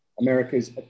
America's